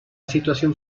situación